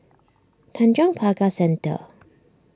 Tanjong Pagar Centre